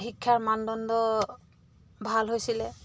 শিক্ষাৰ মানদণ্ড ভাল হৈছিলে